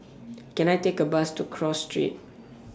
Can I Take A Bus to Cross Street